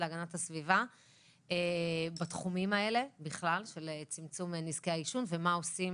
להגנת הסביבה בתחומים של צמצום נזקי העישון ומה עושים